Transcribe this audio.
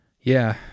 Yeah